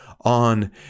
on